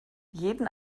jeden